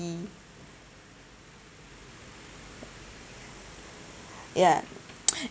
yeah